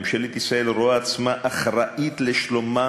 ממשלת ישראל רואה עצמה אחראית לשלומם